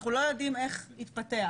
אנחנו לא יודעים איך יתפתח.